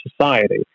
society